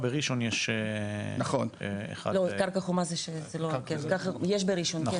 זאת אומרת אפשר להיות ברשימת המתנה וזה הכול ברור ובסדר